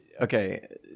Okay